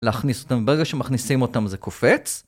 להכניס אותם, ברגע שמכניסים אותם זה קופץ?